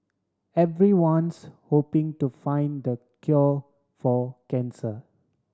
everyone's hoping to find the cure for cancer